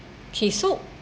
okay so